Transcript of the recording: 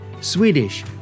Swedish